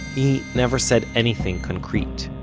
he never said anything concrete.